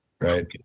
right